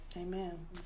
Amen